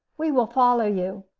we will follow you.